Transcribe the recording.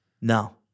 No